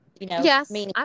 Yes